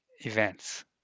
events